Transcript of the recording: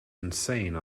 insane